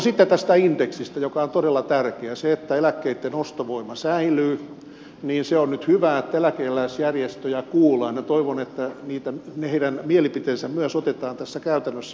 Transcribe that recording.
sitten tästä indeksistä joka on todella tärkeä se että eläkkeitten ostovoima säilyy ja se on nyt hyvä että eläkeläisjärjestöjä kuullaan ja toivon että myös heidän mielipiteensä otetaan tässä käytännössä huomioon